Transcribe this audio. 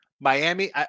Miami